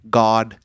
god